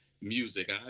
music